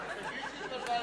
אדוני, אתה נגד תנאי עבודה.